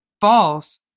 false